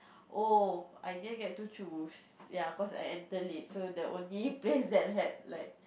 oh I didn't get to choose ya cause I enter late so the only place that had like